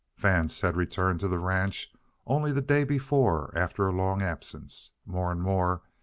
vance had returned to the ranch only the day before after a long absence. more and more,